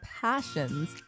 passions